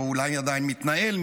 אולי עדיין מתנהל,